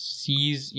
sees